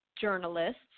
journalists